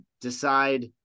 decide